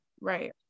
right